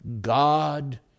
God